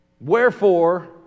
wherefore